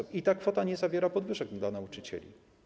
I ta kwota nie zawiera podwyżek dla nauczycieli.